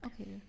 Okay